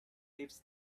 heaps